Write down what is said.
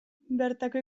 bertako